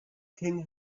king